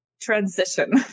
transition